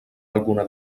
alguna